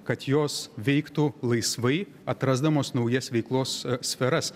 kad jos veiktų laisvai atrasdamos naujas veiklos sferas